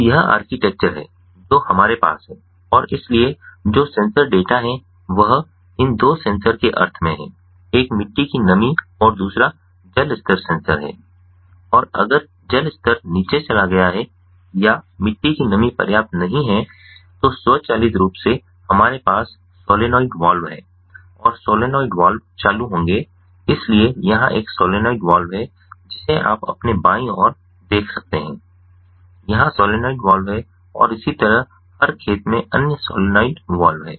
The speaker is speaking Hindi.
तो यह आर्किटेक्चर है जो हमारे पास है और इसलिए जो सेंसर डेटा हैं वह इन दो सेंसर के अर्थ में है एक मिट्टी की नमी और दूसरा जल स्तर सेंसर है और अगर जल स्तर नीचे चला गया है या मिट्टी की नमी पर्याप्त नहीं है तो स्वचालित रूप से हमारे पास सोलेनोइड वाल्व हैं और सोलनॉइड वाल्व चालू होंगे इसलिए यहां एक सोलनॉइड वाल्व है जिसे आप अपने बाईं ओर देख सकते हैं यहां सोलनॉइड वाल्व है और इसी तरह हर खेत में अन्य सोलनॉइड वाल्व हैं